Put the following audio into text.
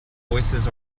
voices